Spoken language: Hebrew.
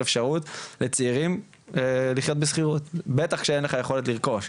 אפשרות לצעירים לחיות בשכר דירה וזה בטח כאשר אין לך יכולת לרכוש.